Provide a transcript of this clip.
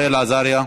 רחל עזריה.